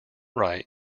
right